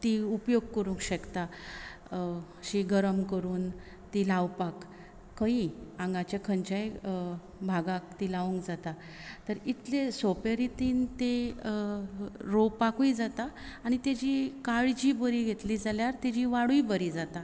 ती उपयोग करूंक शकता अशी गरम करून ती लावपाक खंयी आंगाच्या खंयच्याय भागाक ती लावंक जाता तर इतले सोपे रितीन ती रोवपाकूय जाता आनी ताजी काळजी बरी घेतली जाल्यार ताजी वाडूय बरी जाता